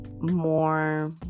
more